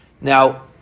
Now